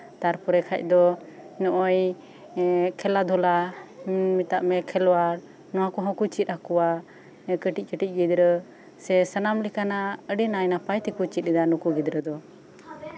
ᱛᱟᱨᱯᱚᱨᱮ ᱠᱷᱟᱱ ᱫᱚ ᱱᱚᱜᱼᱚᱭ ᱮᱸᱜ ᱠᱷᱮᱞᱟ ᱫᱷᱩᱞᱟ ᱢᱮᱛᱟᱜ ᱢᱮ ᱠᱷᱮᱞᱳᱣᱟᱲ ᱱᱚᱣᱟ ᱠᱚᱦᱚᱸ ᱠᱚ ᱪᱮᱫ ᱟᱠᱚᱣᱟ ᱠᱟᱹᱴᱤᱡᱼᱠᱟᱹᱴᱤᱡ ᱜᱤᱫᱽᱨᱟᱹ ᱥᱮ ᱥᱟᱱᱟᱢ ᱞᱮᱠᱟᱱᱟᱜ ᱟᱹᱰᱤ ᱱᱟᱭ ᱱᱟᱯᱟᱭ ᱛᱮᱠᱚ ᱪᱮᱫ ᱮᱫᱟ ᱱᱩᱠᱩ ᱜᱤᱫᱽᱨᱟᱹ ᱫᱚ